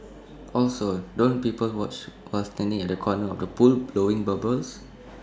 also don't people watch while standing at the corner of the pool blowing bubbles